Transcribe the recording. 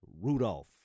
Rudolph